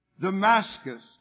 Damascus